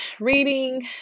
reading